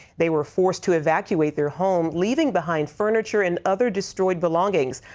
they were forced to evacuate their home, leaving behind furniture and other destroyed belongings.